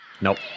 nope